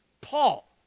Paul